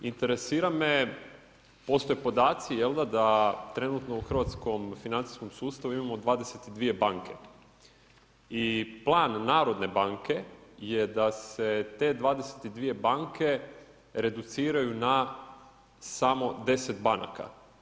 Interesira me, postoje podaci da trenutno u hrvatskom financijskom sustavu imamo 22 banke i plan Narodne banke je da se te 22 banke reduciraju na samo 10 banaka.